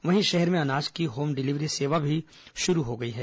वहीं शहर में अनाज की होम डिलीवरी सेवा भी शुरू हो गई है